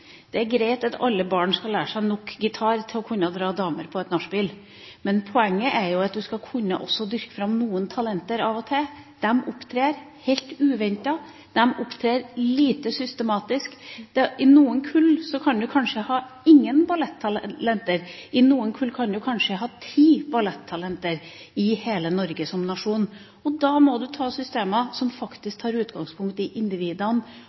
Det er greit at alle barn skal lære seg nok gitar til å kunne dra damer på et nachspiel, men poenget er at man også skal kunne dyrke fram noen talenter av og til. De opptrer helt uventet, de opptrer lite systematisk. I noen kull er det kanskje ingen ballettalenter, i noen kull kanskje ti ballettalenter – i hele Norge som nasjon. Da må man ha systemer som tar utgangspunkt i individene,